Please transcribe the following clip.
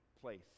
place